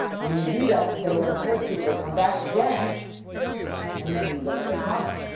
when you do that, it'll encourage people to come back again and then leave another comment.